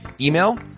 Email